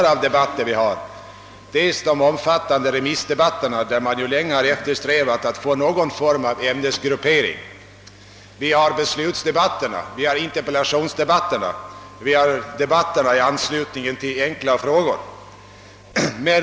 Det är de omfattande remissdebatterna, för vilka man länge eftersträvat att få någon form av ämnesgruppering, det är beslutsdebatterna, interpellationsdebatterna och debatterna i anslutning till enkla frågor.